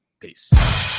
Peace